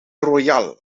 royal